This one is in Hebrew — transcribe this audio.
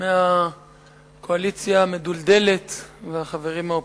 מהקואליציה המדולדלת והחברים מהאופוזיציה,